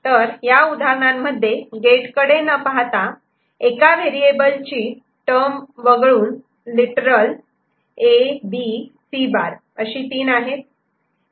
तर या उदाहरणांमध्ये गेट कडे न पाहता एका व्हेरिएबल ची टर्म वगळून लिटरल A B C' अशी तीन आहे